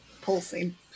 pulsing